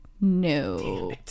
No